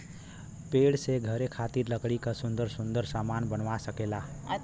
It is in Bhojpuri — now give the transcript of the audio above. पेड़ से घरे खातिर लकड़ी क सुन्दर सुन्दर सामन बनवा सकेला